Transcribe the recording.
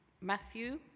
Matthew